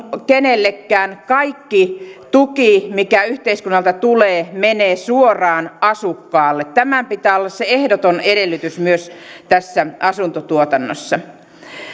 kenellekään kaikki tuki mikä yhteiskunnalta tulee menee suoraan asukkaalle tämän pitää olla se ehdoton edellytys myös tässä asuntotuotannossa